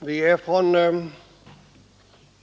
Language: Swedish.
Herr talman!